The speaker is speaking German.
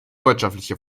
wirtschaftliche